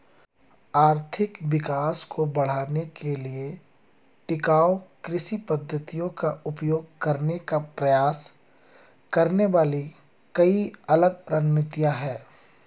आर्थिक विकास को बढ़ाने के लिए टिकाऊ कृषि पद्धतियों का उपयोग करने का प्रयास करने वाली कई अलग रणनीतियां हैं